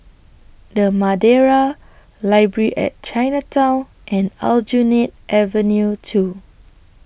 The Madeira Library At Chinatown and Aljunied Avenue two